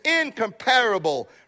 incomparable